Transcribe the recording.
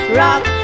rock